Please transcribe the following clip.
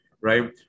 right